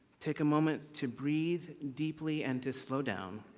take a moment to breathe deeply and to slow down.